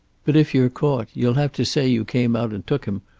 but if you're caught you'll have to say you came out and took him,